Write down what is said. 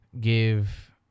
give